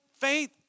faith